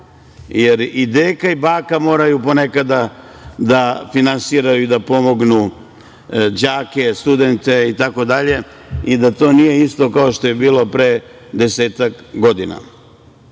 jer i deka i baka moraju ponekada da finansiraju, da pomognu đake, studente itd. i to nije isto kao što je bilo pre 10-ak godina. Mi